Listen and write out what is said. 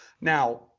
now